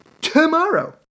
tomorrow